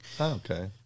okay